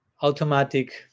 automatic